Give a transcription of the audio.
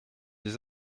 des